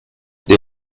they